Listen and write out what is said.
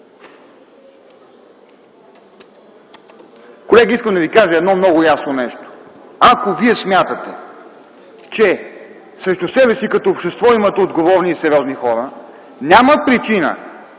Колеги, искам да ви кажа едно много ясно нещо – ако вие смятате, че срещу себе си като общество имате отговорни и сериозни хора, няма причина